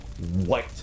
White